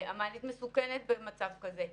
המעלית מסוכנת במצב כזה,